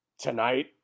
tonight